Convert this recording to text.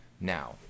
now